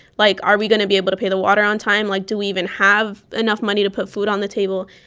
like, are we going to be able to pay the water on time? like, do we even have enough money to put food on the table?